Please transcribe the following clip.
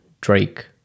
Drake